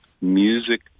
music